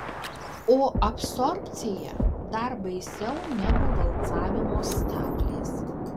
o absorbcija dar baisiau negu valcavimo staklės